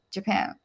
Japan